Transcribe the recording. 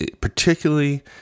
particularly